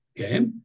okay